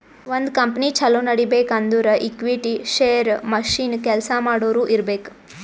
ಒಂದ್ ಕಂಪನಿ ಛಲೋ ನಡಿಬೇಕ್ ಅಂದುರ್ ಈಕ್ವಿಟಿ, ಶೇರ್, ಮಷಿನ್, ಕೆಲ್ಸಾ ಮಾಡೋರು ಇರ್ಬೇಕ್